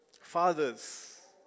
Fathers